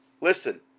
listen